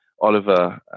Oliver